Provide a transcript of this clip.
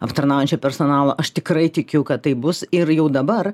aptarnaujančio personalo aš tikrai tikiu kad taip bus ir jau dabar